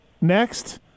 next